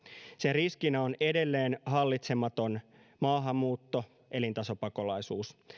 sen riskinä on edelleen hallitsematon maahanmuutto elintasopakolaisuus